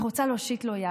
היא רוצה להושיט לו יד,